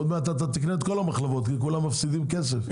עוד מעט תקנה את כל המחלבות כי כולם מפסידים כסף.